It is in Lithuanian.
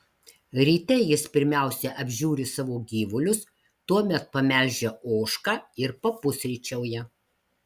ryte jis pirmiausia apžiūri savo gyvulius tuomet pamelžia ožką ir papusryčiauja